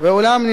ואולם הם